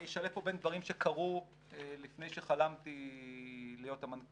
אני אשלב פה בין דברים שקרו לפני שחלמתי להיות המנכ"ל,